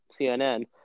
CNN